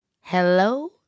Hello